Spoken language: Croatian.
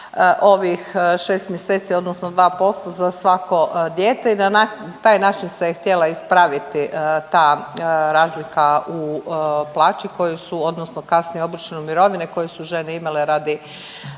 ovih 6 mjeseci, odnosno 2% za svako dijete i na taj način se je htjela ispraviti ta razlika u plaći koju su, odnosno kasnije obično mirovine koje su žene imale radi